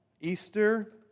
Easter